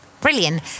Brilliant